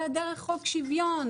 אלא דרך חוק שוויון.